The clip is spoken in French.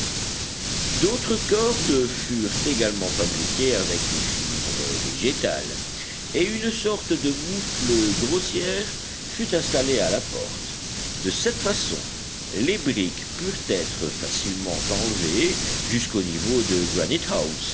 d'autres cordes furent également fabriquées avec des fibres végétales et une sorte de mouffle grossière fut installée à la porte de cette façon les briques purent être facilement enlevées jusqu'au niveau de